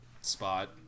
spot